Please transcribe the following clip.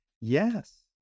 Yes